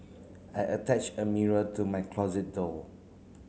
I attached a mirror to my closet door